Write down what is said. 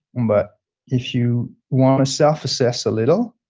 but if you want to self assess a little,